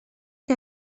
que